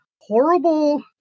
horrible